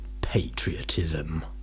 Patriotism